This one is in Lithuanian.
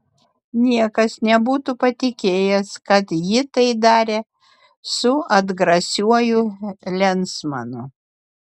niekas nebūtų patikėjęs kad ji tai darė su atgrasiuoju lensmanu